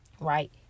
Right